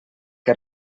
que